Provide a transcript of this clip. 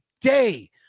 day